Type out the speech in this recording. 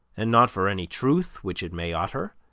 and not for any truth which it may utter,